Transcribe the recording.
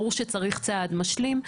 ברור שצריך צעד משלים.